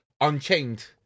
unchained